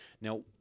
Now